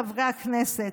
חברי הכנסת,